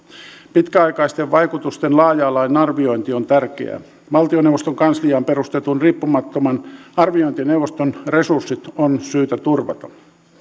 pitkäaikaisten vaikutusten laaja alainen arviointi on tärkeää valtioneuvoston kansliaan perustetun riippumattoman arviointineuvoston resurssit on syytä turvata